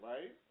Right